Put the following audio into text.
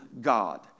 God